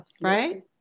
right